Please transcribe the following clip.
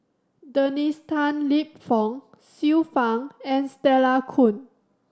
Dennis Tan Lip Fong Xiu Fang and Stella Kon